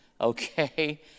Okay